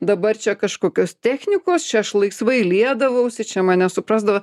dabar čia kažkokios technikos čia aš laisvai liedavausi čia mane suprasdavo